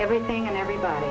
everything and everybody